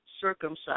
circumcised